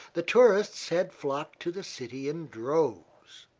the tourists had flocked to the city in droves.